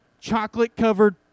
chocolate-covered